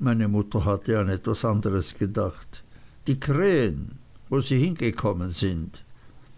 meine mutter hatte an etwas anderes gedacht die krähen wo sie hingekommen sind